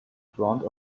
front